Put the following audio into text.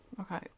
Okay